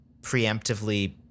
preemptively